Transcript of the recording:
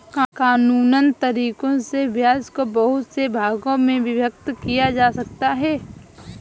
कानूनन तरीकों से ब्याज को बहुत से भागों में विभक्त किया जा सकता है